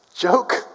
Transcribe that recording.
Joke